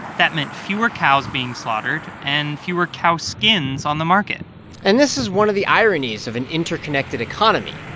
that meant fewer cows being slaughtered and fewer cow skins on the market and this is one of the ironies of an interconnected economy.